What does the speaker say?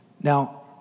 Now